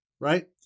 right